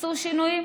עשו שינויים,